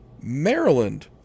Maryland